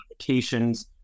applications